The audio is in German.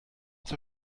zur